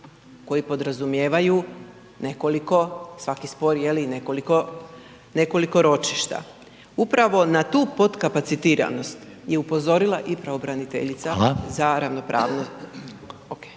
koji podrazumijevaju nekoliko, svaki spor nekoliko ročišta. Upravo na tu potkapacitiranost je upozorila i pravobraniteljica za …/Upadica: